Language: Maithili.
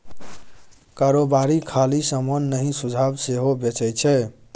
कारोबारी खाली समान नहि सुझाब सेहो बेचै छै